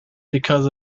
because